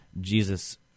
Jesus